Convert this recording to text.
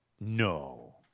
no